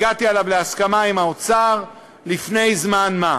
הגעתי עליו להסכמה עם האוצר לפני זמן מה.